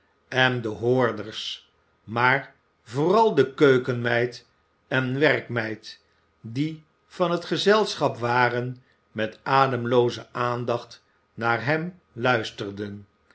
en de hoorders maar vooral de keukenmeid en de werkmeid die van het gezelschap waren met ademlooze aandacht naar hem luisterden